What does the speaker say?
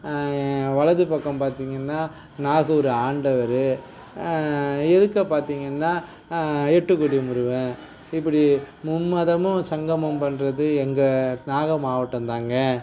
வலது பக்கம் பார்த்தீங்கன்னா நாகூர் ஆண்டவர் எதுக்க பார்த்தீங்கன்னா எட்டுக்குடி முருகன் இப்படி மும்மதமும் சங்கமம் பண்ணுறது எங்கள் நாக மாவட்டம் தாங்க